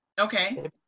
okay